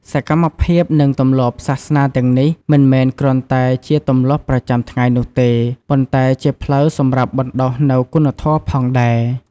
សកម្មភាពនិងទម្លាប់សាសនាទាំងនេះ មិនមែនគ្រាន់តែជាទម្លាប់ប្រចាំថ្ងៃនោះទេ ប៉ុន្តែជាផ្លូវសម្រាប់បណ្ដុះនូវគុណធម៌ផងដែរ។